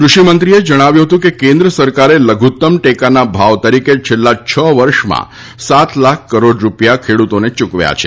કૃષિમંત્રીએ જણાવ્યું હતું કે કેન્દ્ર સરકારે લધુત્તમ ટેકાના ભાવ તરીકે છેલ્લાં છ વર્ષમાં સાત લાખ કરોડ રૂપિયા ખેડૂતોને યૂકવ્યા છે